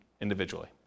individually